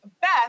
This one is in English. Beth